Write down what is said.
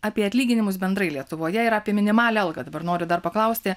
apie atlyginimus bendrai lietuvoje yra apie minimalią algą dabar noriu dar paklausti